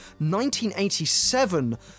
1987